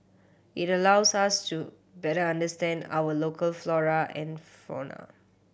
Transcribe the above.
it allows us to better understand our local flora and fauna